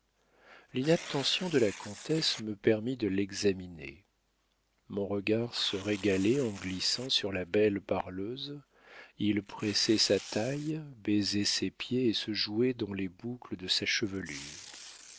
chagrins l'inattention de la comtesse me permit de l'examiner mon regard se régalait en glissant sur la belle parleuse il pressait sa taille baisait ses pieds et se jouait dans les boucles de sa chevelure